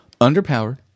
underpowered